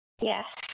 Yes